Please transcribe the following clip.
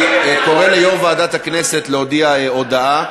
אני קורא ליושב-ראש ועדת הכנסת להודיע הודעה.